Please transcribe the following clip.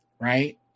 right